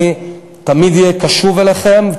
אני תמיד אהיה קשוב אליכם,